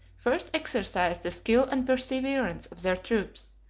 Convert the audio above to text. first exercised the skill and perseverance of their troops,